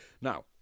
Now